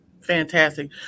Fantastic